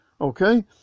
Okay